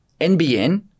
NBN